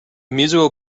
musical